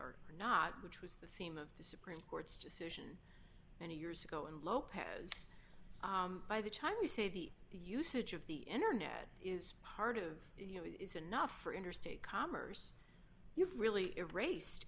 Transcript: are not which was the theme of the supreme court's decision many years ago and lopez by the time you say the usage of the internet is part of you know it is enough for interstate commerce you've really erased